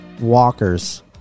walkers